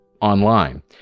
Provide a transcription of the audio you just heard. online